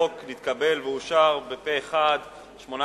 החוק התקבל ואושר פה אחד.